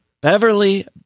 Beverly